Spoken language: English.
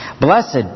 Blessed